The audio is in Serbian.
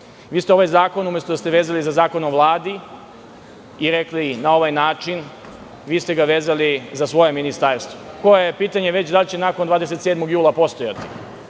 ste ovaj zakon, umesto da ste vezali za Zakon o Vladi i rekli na ovaj način, vezali ste ga za svoje ministarstvo, za koje je pitanje da li će nakon 27. jula postojati,